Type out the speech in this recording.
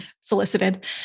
solicited